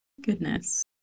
goodness